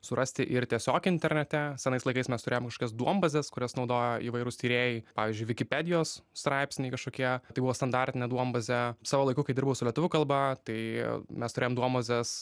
surasti ir tiesiog internete senais laikais mes turėjom kažkokias duombazes kurias naudojo įvairūs tyrėjai pavyzdžiui vikipedijos straipsniai kažkokie tai buvo standartinė duombazė savo laiku kai dirbau su lietuvių kalba tai mes turėjom duombazes